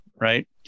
right